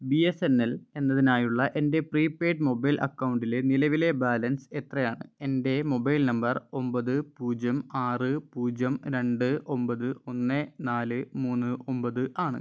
B S N L എന്നതിനായുള്ള എൻറ്റെ prepaid mobile അക്കൗണ്ടിലെ നിലവിലെ ബാലൻസ് എത്രയാണ് എൻറ്റെ മൊബൈൽ നമ്പർ ഒമ്പത് പൂജ്യം ആറ് പൂജ്യം രണ്ട് ഒമ്പത് ഒന്ന് നാല് മൂന്ന് ഒമ്പത് ആണ്